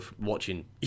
watching